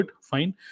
Fine